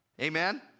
Amen